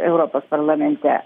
europos parlamente